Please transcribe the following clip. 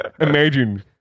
imagine